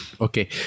Okay